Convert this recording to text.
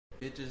Bitches